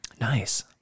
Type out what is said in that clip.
Nice